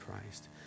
Christ